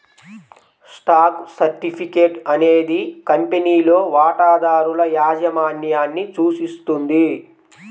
stock certificate అనేది కంపెనీలో వాటాదారుల యాజమాన్యాన్ని సూచిస్తుంది